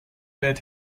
bit